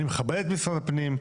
אני מכבד את משרד הפנים,